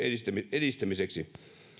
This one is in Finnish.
edistämiseksi